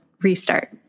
restart